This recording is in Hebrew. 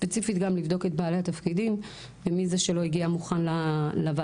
ספציפית גם לבדוק את בעלי התפקידים ומי זה שלא הגיע מוכן לוועדה,